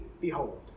behold